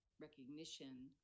recognition